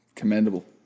Commendable